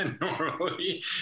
normally